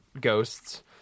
ghosts